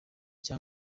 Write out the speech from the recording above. cya